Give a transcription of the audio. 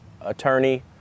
Attorney